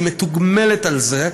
היא מתוגמלת על זה,